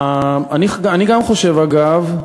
אולי רק אגיד,